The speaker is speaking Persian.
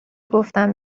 گفتم